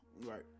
right